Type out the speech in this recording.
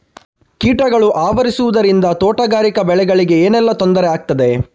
ಕೀಟಗಳು ಆವರಿಸುದರಿಂದ ತೋಟಗಾರಿಕಾ ಬೆಳೆಗಳಿಗೆ ಏನೆಲ್ಲಾ ತೊಂದರೆ ಆಗ್ತದೆ?